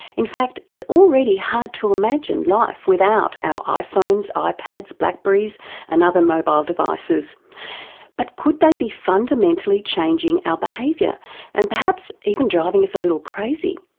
in fact it's already hard to imagine life without our iphones, ah ipads, blackberries and other mobile devices but could they be fundamentally changing our behaviour and perhaps even driving us a little crazy?